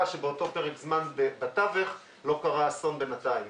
שבאותו פרק זמן בתווך לא קרה אסון בינתיים.